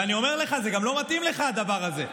ואני אומר לך, זה גם לא מתאים לך, הדבר הזה.